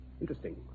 Interesting